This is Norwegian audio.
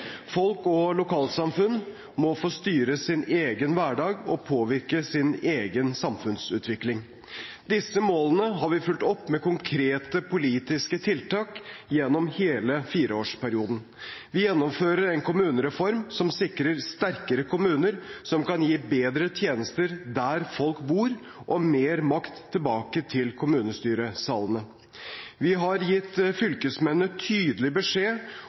Folk og lokalsamfunn må få styre sin egen hverdag og påvirke sin egen samfunnsutvikling. Disse målene har vi fulgt opp med konkrete politiske tiltak gjennom hele fireårsperioden. Vi gjennomfører en kommunereform som sikrer sterkere kommuner, som kan gi bedre tjenester der folk bor, og mer makt tilbake til kommunestyresalene. Vi har gitt fylkesmennene tydelig beskjed